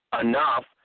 enough